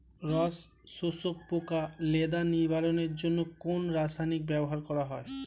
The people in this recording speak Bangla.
রস শোষক পোকা লেদা নিবারণের জন্য কোন রাসায়নিক ব্যবহার করা হয়?